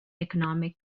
economic